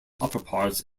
upperparts